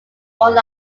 all